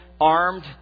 armed